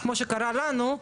כמו שקרה לנו,